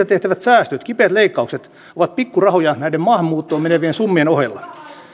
tehtävät säästöt kipeät leikkaukset ovat pikkurahoja näiden maahanmuuttoon menevien summien ohella